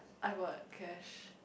I got cash